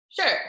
Sure